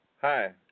Hi